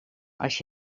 als